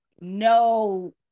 no